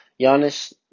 Giannis